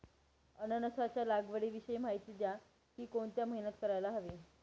अननसाच्या लागवडीविषयी माहिती द्या, ति कोणत्या महिन्यात करायला हवी?